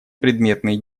предметные